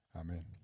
Amen